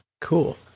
Cool